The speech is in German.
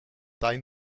dein